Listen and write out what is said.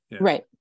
Right